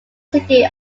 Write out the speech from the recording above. city